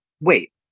Wait